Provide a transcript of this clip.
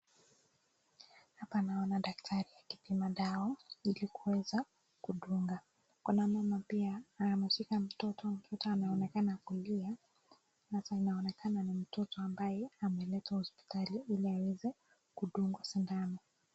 Hapa naona daktari akipima dawa ili kuweza kudunga kuna mama pia ameshika mtoto mchanga anaonekana kulia sasa inaoneka ni mtoto ambaye ameletwa hospitali ili aweza kudungwa sindano.